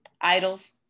Idols